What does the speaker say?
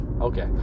Okay